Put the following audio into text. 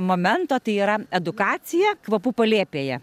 momento tai yra edukacija kvapų palėpėje